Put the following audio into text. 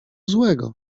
złego